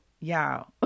y'all